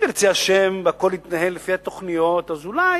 אם ירצה השם והכול יתנהל לפי התוכניות, אז אולי